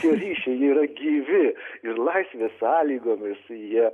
tie ryšiai jie yra gyvi ir laisvės sąlygomis jie